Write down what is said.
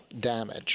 damage